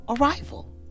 arrival